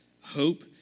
Hope